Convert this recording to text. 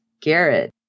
Garrett